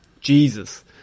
Jesus